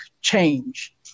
change